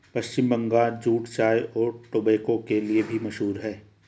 पश्चिम Bangal jute चाय और tobacco के लिए भी मशहूर है